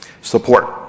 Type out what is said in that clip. Support